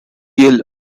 yale